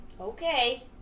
Okay